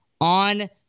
on